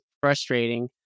frustrating